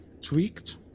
tweaked